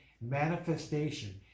manifestation